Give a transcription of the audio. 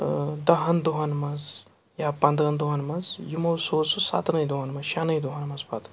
دَہَن دۄہَن منٛز یا پنٛدہَن دۄہَن منٛز یِمو سوٗز سُہ سَتنٕے دۄہَن منٛز شٮ۪نٕے دۄہَن منٛز پَتہٕ